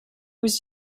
was